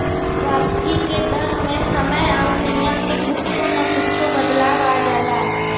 वापसी के दर मे समय आउर नियम में कुच्छो न कुच्छो बदलाव आ जाला